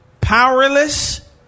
Powerless